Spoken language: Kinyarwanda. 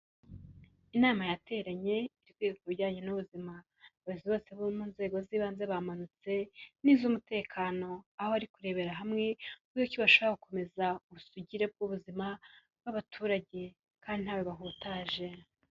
Inama yateranye iri kwiga ku bijyanye n'ubuzima, abayobozi bose bo mu nzego z'ibanze bamanutse n'iz'umutekano, aho ari kurebera hamwe uburyo ki bashobora gukomeza ubusugire bw'ubuzima bw'abaturage, kandi ntawe bahutaje.